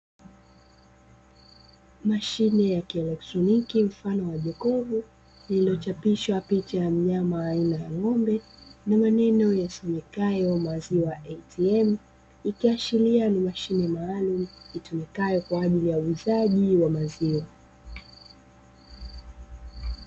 Mashine ya kielektroniki mfano wa jokofu iliyochapishwa picha ya maziwa ya ng’ombe na maneno yasomekayo ''maziwa ATM'' ikiashiria ni mashine maalumu itumikayo kwa ajili ya uuzaji wa maziwa.